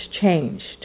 changed